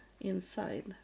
inside